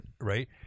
Right